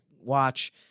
watch